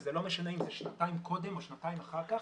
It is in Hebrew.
וזה לא משנה אם אלה שנתיים קודם או שנתיים אחר כך,